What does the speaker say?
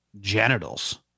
genitals